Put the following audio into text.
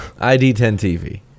ID10TV